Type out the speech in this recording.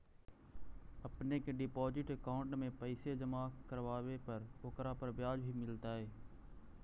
अपने के deposit account में पैसे जमा करवावे पर ओकरा पर ब्याज भी मिलतई